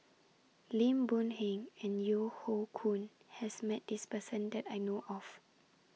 Lim Boon Heng and Yeo Hoe Koon has Met This Person that I know of